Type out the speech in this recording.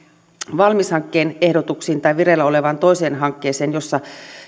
valmis hankkeen ehdotuksiin tai vireillä olevaan toiseen hankkeeseen jossa